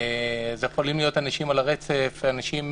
אלו יכולים להיות אנשים על הרצף, אנשים